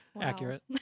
Accurate